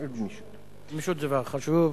גמישות זה דבר חשוב,